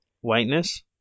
whiteness